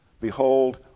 Behold